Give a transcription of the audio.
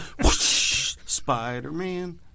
Spider-Man